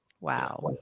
wow